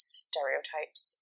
stereotypes